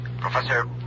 Professor